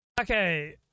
Okay